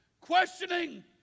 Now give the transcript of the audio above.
questioning